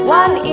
one